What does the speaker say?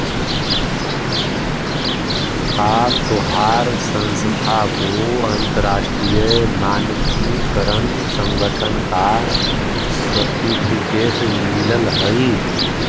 का तोहार संस्था को अंतरराष्ट्रीय मानकीकरण संगठन का सर्टिफिकेट मिलल हई